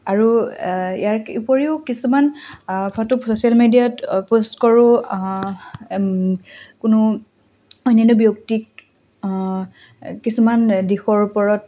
আৰু ইয়াৰ উপৰিও কিছুমান ফটো ছ'চিয়েল মিডিয়াত পোষ্ট কৰোঁ কোনো অন্যান্য ব্যক্তিক কিছুমান দিশৰ ওপৰত